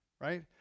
right